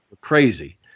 crazy